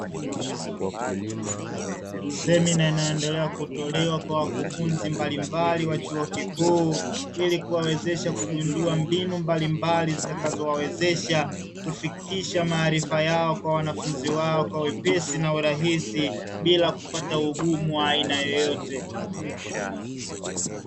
Semina inayoendelea kutolewa kwa wakufunzi mbalimbali wa chuo kikuu, ili kuwawezesha kugundua mbinu mbalimbali zitakazowawezesha kufikisha maarifa yao kwa wanafunzi wao kwa wepesi na urahisi bila kupata ugumu wa aina yoyote.